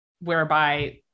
whereby